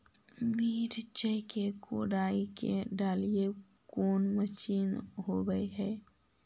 मिरचा के कोड़ई के डालीय कोन मशीन होबहय?